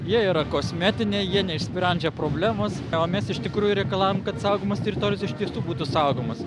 jie yra kosmetiniai jie neišsprendžia problemos o mes iš tikrųjų reikalaujam kad saugomos teritorijos iš tiesų būtų saugomos